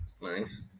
Nice